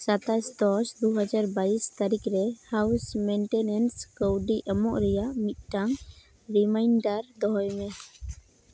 ᱥᱟᱛᱟᱥ ᱫᱚᱥ ᱫᱩᱦᱟᱡᱟᱨ ᱵᱟᱭᱤᱥ ᱛᱟᱹᱨᱤᱠᱷᱨᱮ ᱦᱟᱣᱩᱥ ᱢᱮᱱᱴᱮᱱᱮᱱᱥ ᱠᱟᱹᱣᱰᱤ ᱮᱢᱚᱜ ᱨᱮᱭᱟᱜ ᱢᱤᱫᱴᱟᱝ ᱨᱤᱢᱟᱭᱤᱱᱰᱟᱨ ᱫᱚᱦᱚᱭᱢᱮ